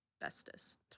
bestest